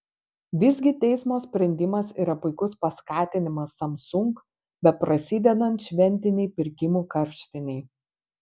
visgi teismo sprendimas yra puikus paskatinimas samsung beprasidedant šventinei pirkimų karštinei